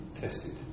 tested